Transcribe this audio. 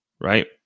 right